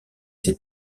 ses